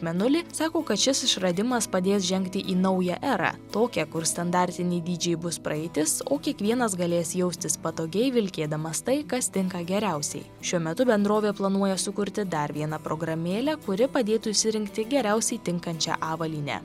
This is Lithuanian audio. mėnulį sako kad šis išradimas padės žengti į naują erą tokią kur standartiniai dydžiai bus praeitis o kiekvienas galės jaustis patogiai vilkėdamas tai kas tinka geriausiai šiuo metu bendrovė planuoja sukurti dar vieną programėlę kuri padėtų išsirinkti geriausiai tinkančią avalynę